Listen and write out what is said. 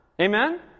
Amen